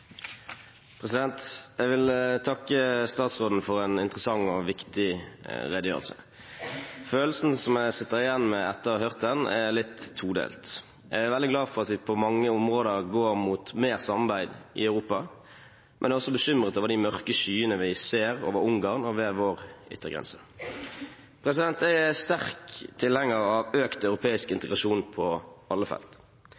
Jeg vil takke statsråden for en interessant og viktig redegjørelse. Følelsen jeg sitter igjen med etter å ha hørt den, er litt todelt. Jeg er veldig glad for at vi på mange områder går mot mer samarbeid i Europa, men jeg er også bekymret over de mørke skyene vi ser over Ungarn og ved vår yttergrense. Jeg er sterk tilhenger av økt europeisk